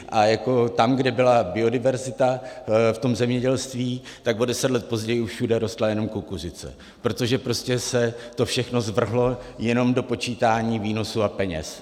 A tam, kde byla biodiverzita v zemědělství, o deset let později už všude rostla jenom kukuřice, protože prostě se to všechno zvrhlo jenom do počítání výnosů a peněz.